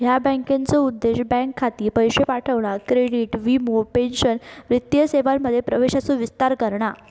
ह्या योजनेचो उद्देश बँक खाती, पैशे पाठवणा, क्रेडिट, वीमो, पेंशन वित्तीय सेवांमध्ये प्रवेशाचो विस्तार करणा